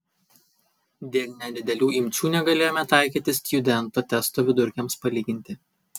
dėl nedidelių imčių negalėjome taikyti stjudento testo vidurkiams palyginti